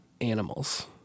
Animals